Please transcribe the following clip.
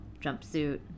jumpsuit